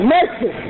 Mercy